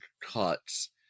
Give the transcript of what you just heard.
cuts